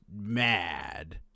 mad